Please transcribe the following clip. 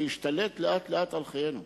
להשתלט לאט-לאט על חיינו.